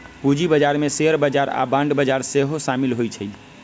पूजी बजार में शेयर बजार आऽ बांड बजार सेहो सामिल होइ छै